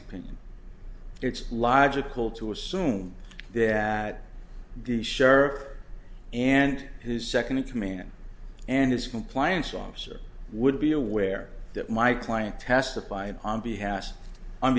opinion it's logical to assume that the sheriff and who's second in command and his compliance officer would be aware that my client testify